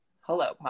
hello